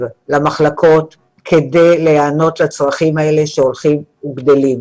למחלקות כדי להיענות לצרכים האלה שהולכים וגדלים.